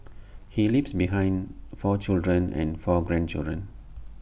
he leaves behind four children and four grandchildren